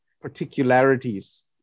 particularities